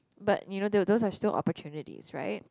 but you know tho~ those are still opportunities right